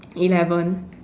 eleven